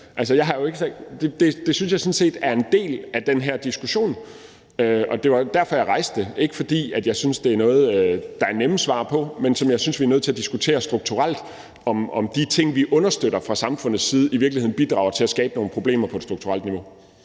jeg sådan set er en del af den her diskussion, og det var derfor, jeg rejste det – ikke fordi jeg synes, det er noget, der er nemme svar på, men jeg synes, vi er nødt til at diskutere, om de ting, vi understøtter fra samfundets side, i virkeligheden bidrager til at skabe nogle problemer på et strukturelt niveau.